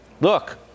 look